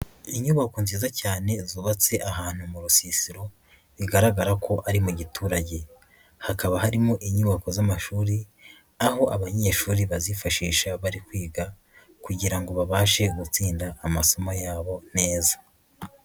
Inyubako nziza cyane zubatse ahantu mu rusisiro bigaragara ko ari mu giturage, hakaba harimo inyubako z'amashuri aho abanyeshuri bazifashisha bari kwiga kugira ngo babashe gutsinda amasomo yabo neza.